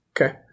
Okay